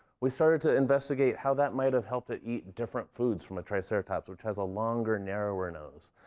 we started to investigate how that might've helped it eat different foods from a triceratops, which has longer narrower nose.